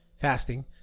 fasting